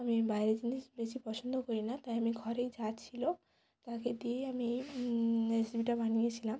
আমি বাইরের জিনিস বেশি পছন্দও করি না তাই আমি ঘরেই যা ছিলো তাকে দিয়েই আমি রেসিপিটা বানিয়েছিলাম